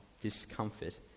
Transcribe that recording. discomfort